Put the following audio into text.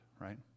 right